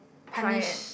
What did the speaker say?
try and